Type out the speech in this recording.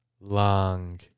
long